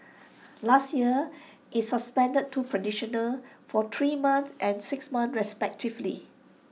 last year IT suspended two for three months and six months respectively